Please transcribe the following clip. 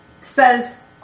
says